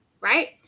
Right